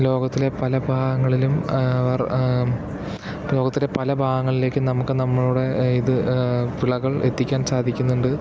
ലോകത്തിലെ പല ഭാഗങ്ങളിലും അവർ ലോകത്തിലെ പല ഭാഗങ്ങളിലേക്കും നമുക്ക് നമ്മളുടെ ഇത് വിളകൾ എത്തിക്കാൻ സാധിക്കുന്നുണ്ട്